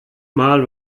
mal